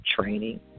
training